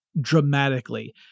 dramatically